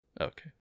Okay